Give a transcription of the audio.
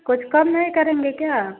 कुछ कम नहीं करेंगे क्या